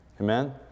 Amen